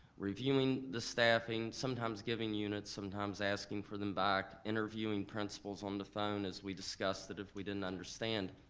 reviewing the staffing, sometimes giving units, sometimes asking for them back, interviewing principals on the phone as we discussed that if we didn't understand.